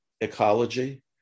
ecology